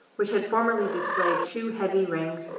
which had formerly displayed two heavy rings,